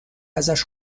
ازش